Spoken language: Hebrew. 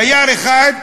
דייר אחד,